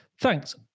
Thanks